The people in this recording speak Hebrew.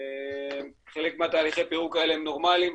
חלק מתהליכי הפירוק האלה נורמליים,